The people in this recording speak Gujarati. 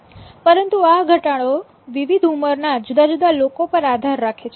પરંતુ આ ઘટાડો વિવિધ ઉંમરના જુદા જુદા લોકો પર આધાર રાખે છે